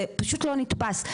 זה פשוט לא נתפס.